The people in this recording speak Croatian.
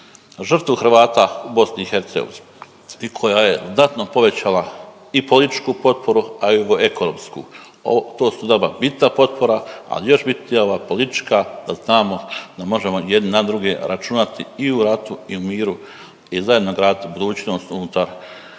žrtvu Hrvata u BiH i koja je znatno povećala i političku potporu, a i ovu ekonomsku. Ovo, to su nama bitna potpora, ali još bitnija ova politička da znamo da možemo jedni na druge računati i u ratu i u miru i zajedno graditi budućnost unutar